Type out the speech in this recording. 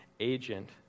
agent